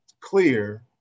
clear